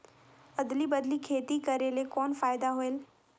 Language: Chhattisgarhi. अदली बदली खेती करेले कौन फायदा होयल?